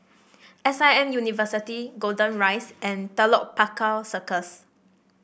S I M University Golden Rise and Telok Paku Circus